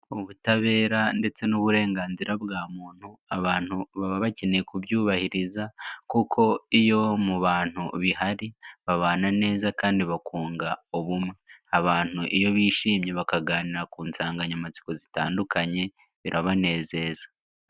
Ubutabera ndetse n'uburenganzira bwa muntu abantu baba bakeneye kubyubahiriza kuko iyo mu bantu bihari babana neza kandi bakunga ubumwe. Abantu iyo bishimye bakaganira ku nsanganyamatsiko zitandukanye birabanezeza.